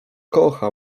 kocha